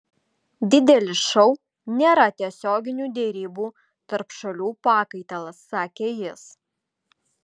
didelis šou nėra tiesioginių derybų tarp šalių pakaitalas sakė jis